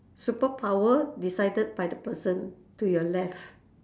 superpower decided by the person to your left